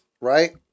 right